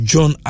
John